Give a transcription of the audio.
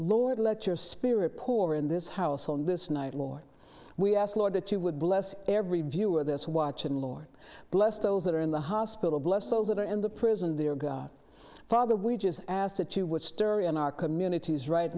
lord let your spirit poor in this house on this night lord we asked lord that you would bless every viewer this watch and lord bless those that are in the hospital bless those that are in the prison their god father we just asked that you would stir in our communities right